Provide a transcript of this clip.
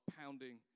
pounding